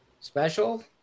special